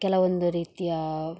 ಕೆಲವೊಂದು ರೀತಿಯ